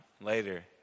later